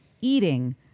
eating